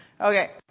Okay